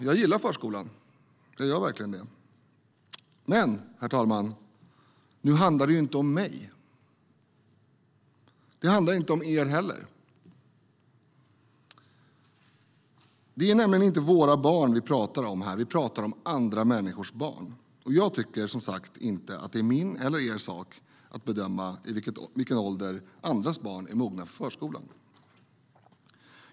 Jag gillar alltså förskolan. Men nu handlar det inte om mig. Det handlar inte om er heller. Det är nämligen inte våra barn som vi talar om här. Vi talar om andra människors barn. Och jag tycker, som sagt, inte att det är min eller er sak att bedöma i vilken ålder andras barn är mogna för förskolan.